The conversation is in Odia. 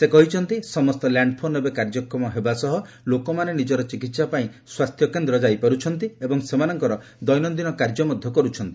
ସେ କହିଛନ୍ତି ସମସ୍ତ ଲ୍ୟାଣ୍ଡଫୋନ ଏବେ କାର୍ଯ୍ୟକ୍ଷମ ହେବା ସହ ଲୋକମାନେ ନିଜର ଚିକିତ୍ସା ପାଇଁ ସ୍ୱାସ୍ଥ୍ୟକେନ୍ଦ୍ର ଯାଇପାର୍ଚ୍ଚ ନ୍ତି ଏବଂ ସେମାନଙ୍କର ଦୈନନ୍ଦିନ କାର୍ଯ୍ୟ ମଧ୍ୟ କର୍ଚ୍ଚନ୍ତି